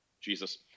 Jesus